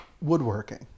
woodworking